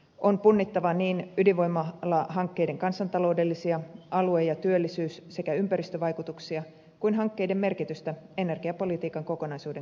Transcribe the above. on punnittava niin ydinvoimalahankkeiden kansantaloudellisia alue ja työllisyys sekä ympäristövaikutuksia kuin hankkeiden merkitystä energiapolitiikan kokonaisuuden kannalta